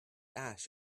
ash